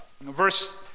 Verse